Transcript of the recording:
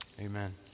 Amen